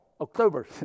October